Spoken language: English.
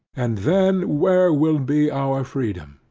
and then, where will be our freedom?